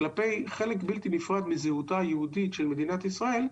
כלפי חלק בלתי נפרד מזהותה היהודית של מדינת ישראל,